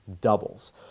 doubles